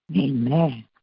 Amen